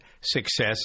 success